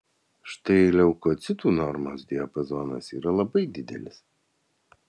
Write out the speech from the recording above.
štai leukocitų normos diapazonas yra labai didelis